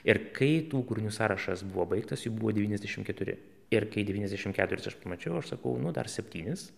ir kai tų kūrinių sąrašas buvo baigtas jų buvo devyniasdešim keturi ir kai devyniasdešim keturis aš pamačiau aš sakau nu dar septynis